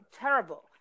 terrible